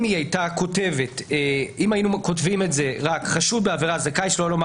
אם היינו כותבים "חשוד בעבירה זכאי שלא לומר